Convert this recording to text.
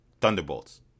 Thunderbolts